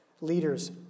leaders